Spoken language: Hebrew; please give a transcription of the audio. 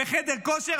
בחדר כושר,